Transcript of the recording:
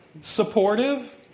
Supportive